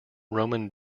roman